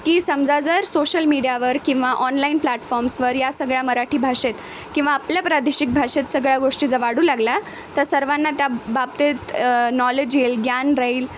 की समजा जर सोशल मीडियावर किंवा ऑनलाईन प्लॅटफॉर्म्सवर या सगळ्या मराठी भाषेत किंवा आपल्या प्रादेशिक भाषेत सगळ्या गोष्टी जर वाढू लागल्या तर सर्वांना त्या बाबतीत नॉलेज येईल ग्यान राहील